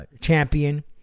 champion